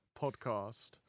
podcast